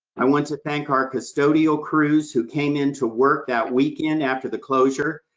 i want to thank our custodial crews who came in to work that weekend after the closure,